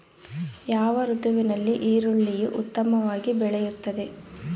ಯಾವ ಋತುವಿನಲ್ಲಿ ಈರುಳ್ಳಿಯು ಉತ್ತಮವಾಗಿ ಬೆಳೆಯುತ್ತದೆ?